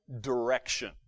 direction